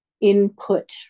input